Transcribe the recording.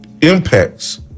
Impacts